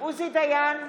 עוזי דיין,